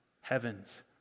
Heaven's